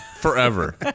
forever